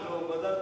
ועדת